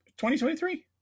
2023